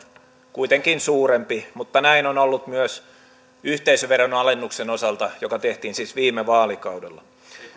kuitenkin suurempi mutta näin on ollut myös yhteisöveron alennuksen osalta joka tehtiin siis viime vaalikaudella